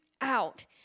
out